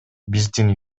биздин